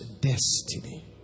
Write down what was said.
destiny